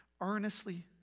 Earnestly